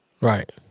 Right